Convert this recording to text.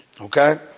Okay